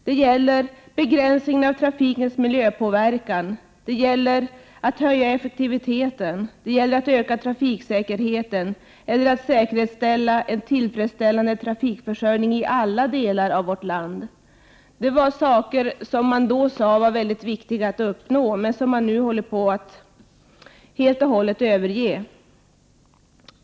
Det gäller begränsningen av trafikens miljöpåverkan, att höja effektiviteten, att öka trafiksäkerheten och att säkerställa en tillfredsställande trafikförsörjning i alla delar av vårt land. Detta var saker som man då sade var mycket viktiga att nå men som man nu håller på att helt och hållet överge.